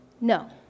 No